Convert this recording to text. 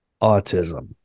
autism